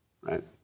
right